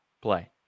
play